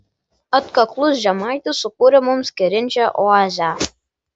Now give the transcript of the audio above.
atkaklus žemaitis sukūrė mums kerinčią oazę